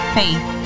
faith